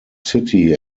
city